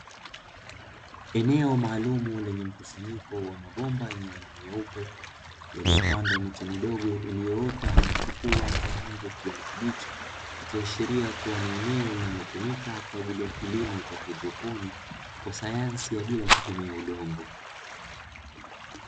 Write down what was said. Eneo maalumu lenye mkusanyiko wa mabomba ya rangi yaliyopandwa miche midogo iliyoota na kuchipua kwa rangi ya kijani kibichi, ikiashiria kuwa ni eneo linalotumika kwaajili ya kilimo cha hydroponi kwa sayansi ya bila kutumia udongo.